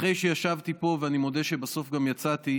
אחרי שישבתי פה, ואני מודה שבסוף גם יצאתי,